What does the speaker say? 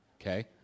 Okay